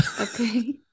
Okay